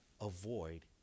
avoid